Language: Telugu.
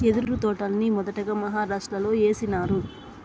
యెదురు తోటల్ని మొదటగా మహారాష్ట్రలో ఏసినారు